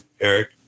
Eric